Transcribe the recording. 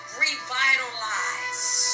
revitalize